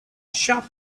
sharp